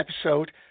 episode